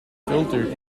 filtered